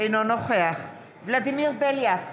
אינו נוכח ולדימיר בליאק,